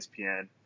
ESPN